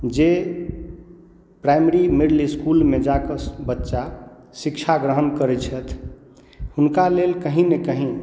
जे primary middle इस्कुलमे जा कऽ बच्चा शिक्षा ग्रहण करैत छथि हुनका लेल कहीँ ने कहीँ